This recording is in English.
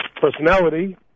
personality